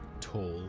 tall